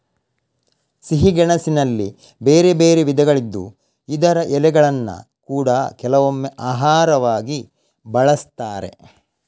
ಸಿಹಿ ಗೆಣಸಿನಲ್ಲಿ ಬೇರೆ ಬೇರೆ ವಿಧಗಳಿದ್ದು ಇದರ ಎಲೆಗಳನ್ನ ಕೂಡಾ ಕೆಲವೊಮ್ಮೆ ಆಹಾರವಾಗಿ ಬಳಸ್ತಾರೆ